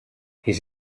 his